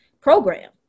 program